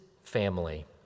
family